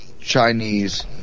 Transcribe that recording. Chinese